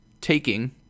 taking